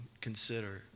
consider